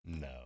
No